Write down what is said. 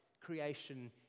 creation